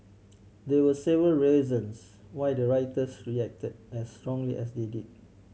there were several reasons why the rioters reacted as strongly as they did